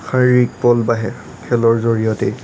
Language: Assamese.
শাৰীৰিক বল বাঢ়ে খেলৰ জৰিয়তেই